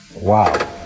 Wow